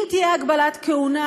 אם תהיה הגבלת כהונה,